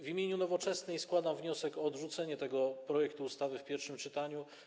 W imieniu Nowoczesnej składam wniosek o odrzucenie tego projektu ustawy w pierwszym czytaniu.